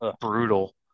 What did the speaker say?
brutal